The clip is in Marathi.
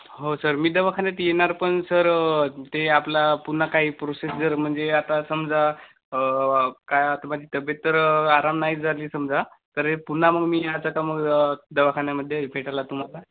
हो सर मी दवाखान्यात येणार पण सर ते आपला पुन्हा काही प्रोसेस जर म्हणजे आता समजा काय आता माझी तब्येत तर आराम नाही झाली समजा तर पुन्हा मग मी याचा दवाखान्यामध्ये भेटायला तुम्हाला